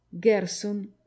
gerson